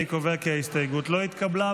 אני קובע כי ההסתייגות לא התקבלה.